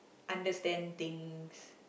understand things